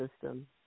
system